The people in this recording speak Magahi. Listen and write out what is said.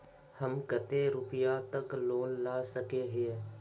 हम कते रुपया तक लोन ला सके हिये?